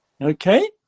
Okay